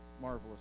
marvelous